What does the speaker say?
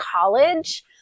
college